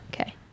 Okay